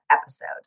episode